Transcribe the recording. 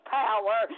power